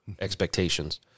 expectations